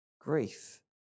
grief